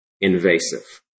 invasive